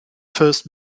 first